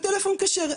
בטלפון כשר.